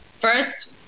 first